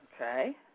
Okay